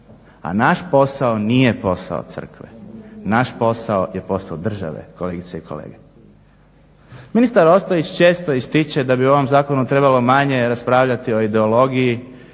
a naš posao nije posao crkve. Naš posao je posao države kolegice i kolege. Ministar Ostojić često ističe da bi u ovom zakonu trebalo manje raspravljati o ideologiji